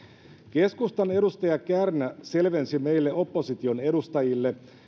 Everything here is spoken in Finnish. keskustan edustaja kärnä selvensi meille opposition edustajille